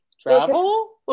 travel